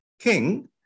king